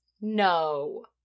No